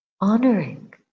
honoring